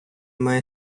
має